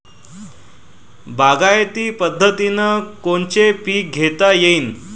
बागायती पद्धतीनं कोनचे पीक घेता येईन?